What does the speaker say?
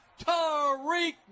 Tariq